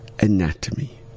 anatomy